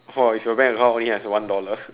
!wah! if your bank only has one dollar